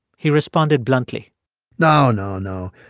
he responded bluntly no, no, no.